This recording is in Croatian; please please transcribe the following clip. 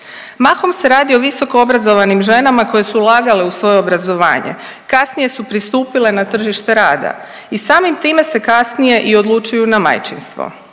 Mahom se radi o visokoobrazovanim ženama koje su ulagale u svoje obrazovanje, kasnije su pristupile na tržište rada i samim time se kasnije i odlučuju na majčinstvo,